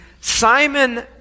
Simon